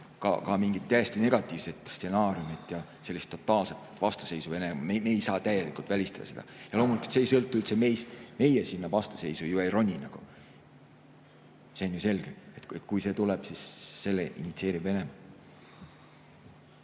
Ka mingit täiesti negatiivset stsenaariumi ja sellist totaalset vastasseisu Venemaaga me ei saa täielikult välistada. Loomulikult, see ei sõltu üldse meist, meie sinna vastasseisu ju ei roni nagu. See on ju selge. Kui see tuleb, siis selle initsieerib Venemaa.